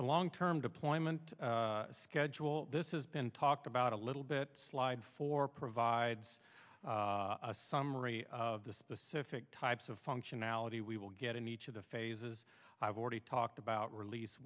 the long term deployment schedule this has been talked about a little bit slide for provides a summary of the specific types of functionality we will get in each of the phases i've already talked about release